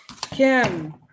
Kim